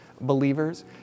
believers